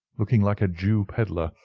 looking like a jew pedlar,